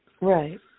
Right